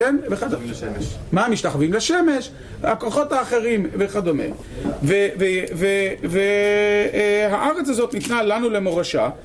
מה המשתחווים לשמש, לכוחות האחרים וכדומה. והארץ הזאת ניתנה לנו למורשה